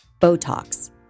Botox